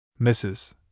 Mrs